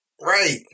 right